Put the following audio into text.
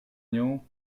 nią